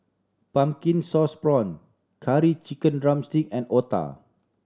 pumpkin sauce prawn Curry Chicken drumstick and otah